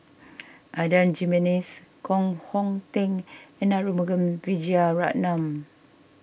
Adan Jimenez Koh Hong Teng and Arumugam Vijiaratnam